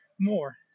more